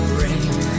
rain